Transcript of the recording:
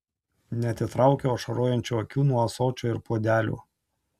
neatitraukiau ašarojančių akių nuo ąsočio ir puodelio